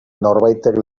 norbaitek